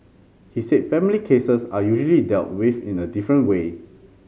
he said family cases are usually dealt with in a different way